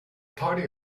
party